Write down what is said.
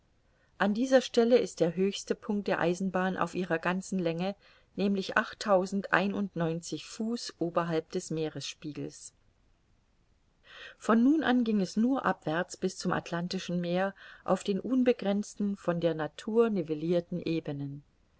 an dieser stelle ist der höchste punkt der eisenbahn auf ihrer ganzen länge nämlich achttausendeinundneunzig fuß oberhalb des meeresspiegels von nun an ging es nur abwärts bis zum atlantischen meer auf den unbegrenzten von der natur nivellirten ebenen